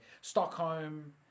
Stockholm